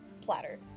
platter